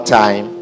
time